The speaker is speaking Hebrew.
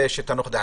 שתנוח דעתך.